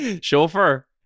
Chauffeur